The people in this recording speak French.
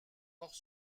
hors